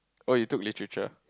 oh you took Literature